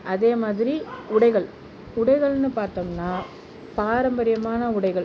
அதே மாதிரி உடைகள் உடைகள்னு பார்த்தோம்னா பாரம்பரியமான உடைகள்